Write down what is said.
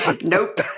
nope